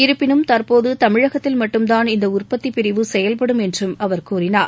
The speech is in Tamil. இருப்பினும் தற்போது தமிழகத்தில் மட்டும்தான் இந்த உற்பத்திப் பிரிவு செயல்படும் என்றும் அவர் கூறினார்